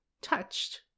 touched